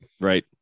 Right